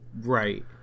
Right